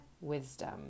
wisdom